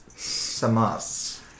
Samas